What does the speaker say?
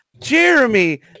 Jeremy